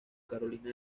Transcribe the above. carolina